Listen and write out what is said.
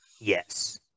Yes